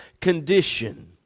condition